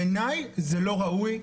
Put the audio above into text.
בעיניי זה לא ראוי,